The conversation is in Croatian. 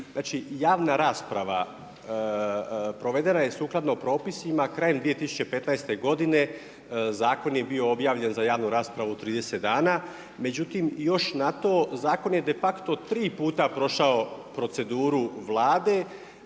Znači javna rasprava provedena je sukladno propisima krajem 2015. godine, zakon je bio objavljen za javnu raspravu 30 dana, međutim još na to, zakon je de facto tri puta prošao proceduru Vlade